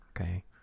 Okay